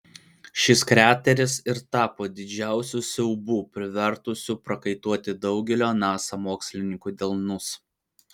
šis krateris ir tapo didžiausiu siaubu privertusiu prakaituoti daugelio nasa mokslininkų delnus